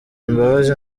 imbabazi